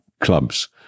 clubs